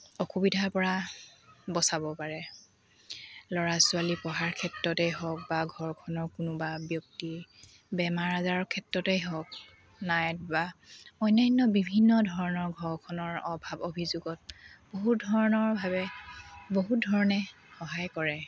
অসুবিধাৰ পৰা বচাব পাৰে ল'ৰা ছোৱালী পঢ়াৰ ক্ষেত্ৰতে হওঁক বা ঘৰখনৰ কোনোবা ব্যক্তি বেমাৰ আজাৰৰ ক্ষেত্ৰতেই হওক নাইবা অন্যান্য বিভিন্ন ধৰণৰ ঘৰখনৰ অভাৱ অভিযোগত বহু ধৰণৰ ভাৱে বহুত ধৰণে সহায় কৰে